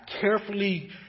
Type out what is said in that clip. carefully